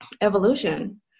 evolution